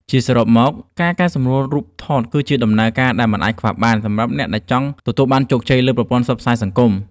ជាសរុបមក ការកែសម្រួលរូបថតគឺជាដំណើរការដែលមិនអាចខ្វះបានសម្រាប់អ្នកដែលចង់ទទួលបានជោគជ័យលើប្រព័ន្ធផ្សព្វផ្សាយសង្គម។